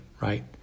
right